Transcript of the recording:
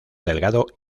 delgado